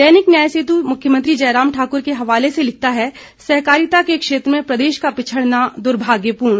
दैनिक न्याय सेतु मुख्यमंत्री जयराम ठाकुर के हवाले से लिखता है सहकारिता के क्षेत्र में प्रदेश का पिछड़ना दुर्भाग्यपूर्ण